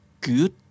good